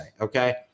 okay